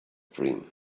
dream